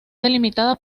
delimitada